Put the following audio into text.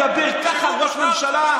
אתה מדבר ככה על ראש ממשלה?